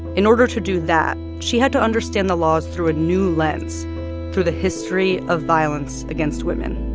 in order to do that, she had to understand the laws through a new lens through the history of violence against women.